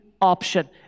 option